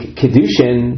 kedushin